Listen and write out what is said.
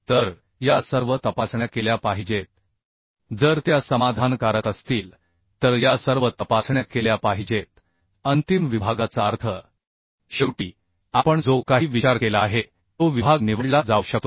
तर या सर्व तपासण्या केल्या पाहिजेत जर त्या समाधानकारक असतील तर या सर्व तपासण्या केल्या पाहिजेत अंतिम विभागाचा अर्थ शेवटी आपण जो काही विचार केला आहे तो विभाग निवडला जाऊ शकतो